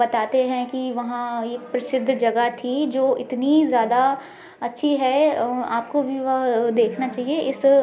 बतातें हैं कि वहाँ एक प्रसिद्ध जगह थी जो इतनी ज़्यादा अच्छी है अ आपको भी वह अ देखना चाहिए इस